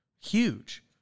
Huge